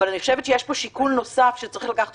אבל אני חושבת שיש פה שיקול נוסף שצריך לקחת